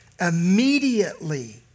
immediately